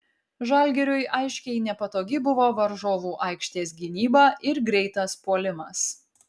žalgiriui aiškiai nepatogi buvo varžovų aikštės gynyba ir greitas puolimas